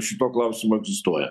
šituo klausimu egzistuoja